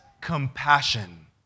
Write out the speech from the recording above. compassion